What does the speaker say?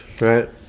right